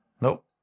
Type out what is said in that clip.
Nope